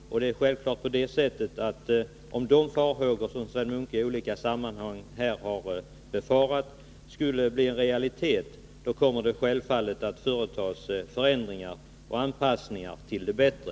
Om de följder Sven Munke befarar i olika sammanhang skulle bli realitet, kommer det självfallet att företas förändringar och anpassningar till det bättre.